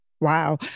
Wow